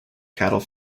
cattle